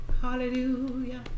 Hallelujah